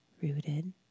rooted